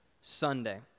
Sunday